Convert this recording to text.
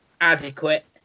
adequate